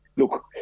Look